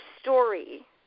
story